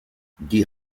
die